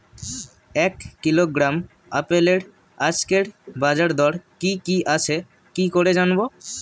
এক কিলোগ্রাম আপেলের আজকের বাজার দর কি কি আছে কি করে জানবো?